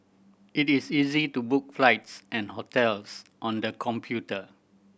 it is easy to book flights and hotels on the computer